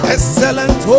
Excellent